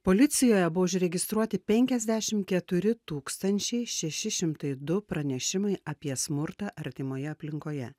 policijoje buvo užregistruoti penkiasdešim keturi tūkstančiai šeši šimtai du pranešimai apie smurtą artimoje aplinkoje